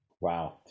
Wow